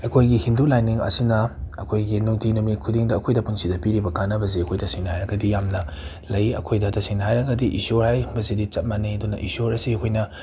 ꯑꯩꯈꯣꯏꯒꯤ ꯍꯤꯟꯗꯨ ꯂꯥꯏꯅꯤꯡ ꯑꯁꯤꯅ ꯑꯩꯈꯣꯏꯒꯤ ꯅꯨꯡꯇꯤ ꯅꯨꯃꯤꯠ ꯈꯨꯗꯤꯡꯗ ꯑꯩꯈꯣꯏꯗ ꯄꯨꯟꯁꯤꯗ ꯄꯤꯔꯤꯕ ꯀꯥꯟꯅꯕꯁꯦ ꯑꯩꯈꯣꯏ ꯇꯁꯦꯡꯅ ꯍꯥꯏꯔꯒꯗꯤ ꯌꯥꯝꯅ ꯂꯩ ꯑꯩꯈꯣꯏꯗ ꯇꯁꯦꯡꯅ ꯍꯥꯏꯔꯒꯗꯤ ꯏꯁꯣꯔ ꯍꯥꯏꯕꯁꯤꯗꯤ ꯆꯞ ꯃꯥꯟꯅꯩ ꯑꯗꯨꯅ ꯏꯁꯣꯔ ꯑꯁꯤ ꯑꯩꯈꯣꯏꯅ